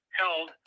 held